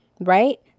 right